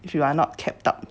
if you are not kept up